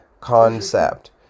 concept